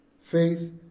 Faith